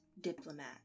diplomat